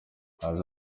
yagize